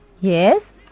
Yes